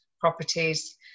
properties